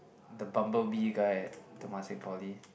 the bumble bee guy at Temasek-Poly